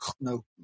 no